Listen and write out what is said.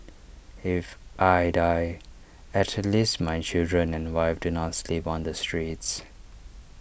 if I die at least my children and wife do not sleep on the streets